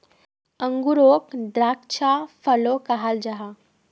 अन्गूरोक द्राक्षा फलो कहाल जाहा